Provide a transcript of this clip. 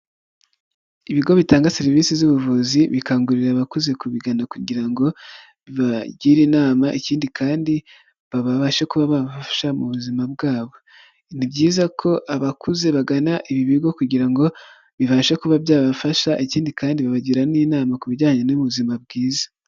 Ibigo bitanga serivisi z'ubuvuzi, bikangurira abakuze kubigana kugira ngo bibagire inama, ikindi kandi babashe kuba babafasha mu buzima bwabo, ni byiza ko abakuze bagana ibi bigo kugira ngo bibashe kuba byabafasha, ikindi kandi babagira n'inama ku bijyanye n'ubuzima bwiza.